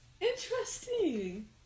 Interesting